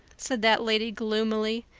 said that lady gloomily,